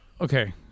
okay